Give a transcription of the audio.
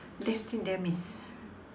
destined demise